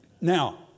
Now